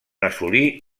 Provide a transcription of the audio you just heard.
assolí